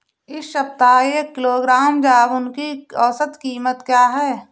इस सप्ताह एक किलोग्राम जामुन की औसत कीमत क्या है?